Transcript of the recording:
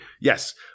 Yes